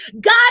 God